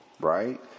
right